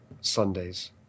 Sundays